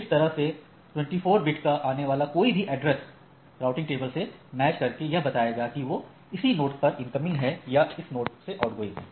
इस तरह से 24 बिट का आने वाला कोई भी एड्रेस राउटिंग टेबल से मैचिंग करके यह बताएगा कि वोह इसी नोड पर इन्कोमिंग है या उस नोड से आउटगोइंग है